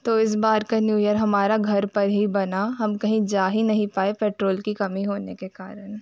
तो इस बार का न्यू इयर हमारा घर पर ही बना हम कहीं जा ही नहीं पाए पेट्रोल की कमी होने के कारण